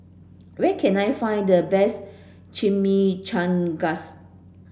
where can I find the best Chimichangas